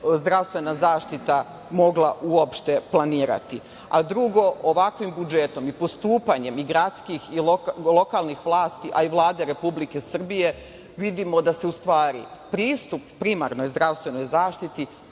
zdravstvena zaštita mogla uopšte planirati? Drugo, ovakvim budžetom i postupanjem i gradskih i lokalnih vlasti, a i Vlade Republike Srbije vidimo da se u stvari pristup primarnoj zdravstvenoj zaštiti